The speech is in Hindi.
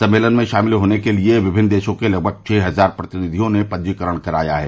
सम्मेलन में शामिल होने के लिये विभिन्न देशों से लगभग छह हजार प्रतिनिधियों ने पंजीकरण कराया है